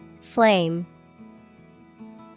Flame